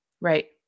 Right